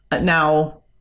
now